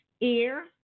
ear